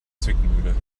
zwickmühle